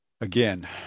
Again